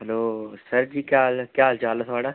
hello sir ji क्या हाल क्या हाल चाल ऐ थुआढ़ा